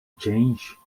change